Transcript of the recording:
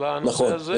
בנושא הזה.